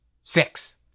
Six